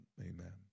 amen